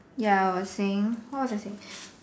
ya I was saying what was I saying